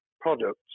products